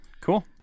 Cool